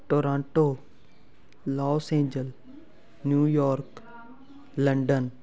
Toronto Los Angeles New York London